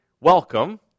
welcome